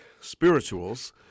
spirituals